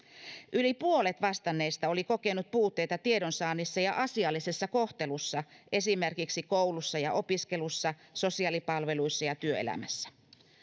yli puolet vastanneista oli kokenut puutteita tiedonsaannissa ja asiallisessa kohtelussa esimerkiksi koulussa ja opiskelussa sosiaalipalveluissa ja työelämässä